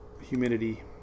humidity